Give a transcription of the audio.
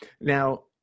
now